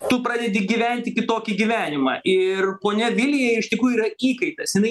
tu pradedi gyventi kitokį gyvenimą ir ponia vilija iš tikrųjų yra įkaitas jinai